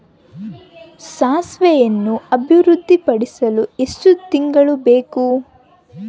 ಸಾಸಿವೆಯನ್ನು ಅಭಿವೃದ್ಧಿಪಡಿಸಲು ಎಷ್ಟು ತಿಂಗಳು ಬೇಕು?